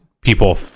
people